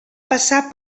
passar